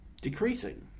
decreasing